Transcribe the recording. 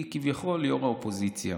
היא כביכול ראש האופוזיציה.